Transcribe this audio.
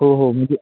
हो हो म्हणजे